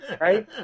right